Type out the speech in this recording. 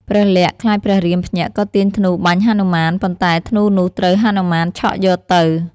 ព្រះលក្សណ៍ ខ្លាចព្រះរាមភ្ញាក់ក៏ទាញធ្នូបាញ់ហនុមាន ប៉ុន្តែធ្នូនោះត្រូវហនុមានឆក់យកទៅ។